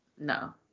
No